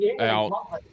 out